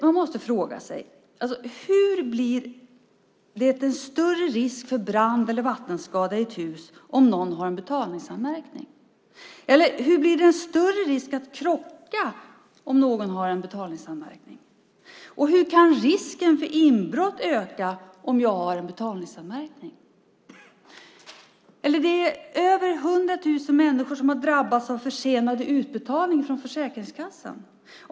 Man måste fråga sig: Hur blir risken för brand eller vattenskada i ett hus större om det finns en betalningsanmärkning? Hur blir krockrisken större om det finns en betalningsanmärkning? Och hur kan risken för inbrott öka om jag har en betalningsanmärkning? Över hundratusen människor har drabbats av försenad utbetalning från Försäkringskassan.